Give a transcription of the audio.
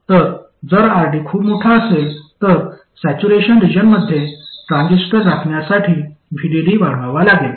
तर जर RD खूप मोठा असेल तर सॅच्युरेशन रिजनमध्ये ट्रान्झिस्टर राखण्यासाठी VDD वाढवावा लागेल